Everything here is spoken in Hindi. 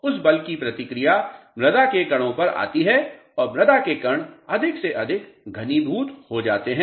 उस बल की प्रतिक्रिया मृदा के कणों पर आती है और मृदा के कण अधिक से अधिक घनीभूत हो जाते हैं